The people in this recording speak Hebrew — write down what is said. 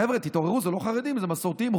חבר'ה, תתעוררו, זה לא חרדים, אלה מסורתיים.